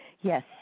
Yes